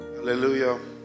Hallelujah